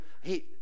hey